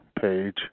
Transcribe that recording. page